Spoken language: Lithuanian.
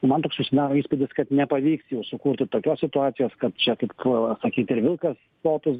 man toks susidaro įspūdis kad nepavyks jau sukurti tokios situacijos kad čia kaip kvaila sakyt ir vilkas sotus